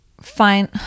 fine